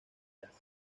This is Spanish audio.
jazz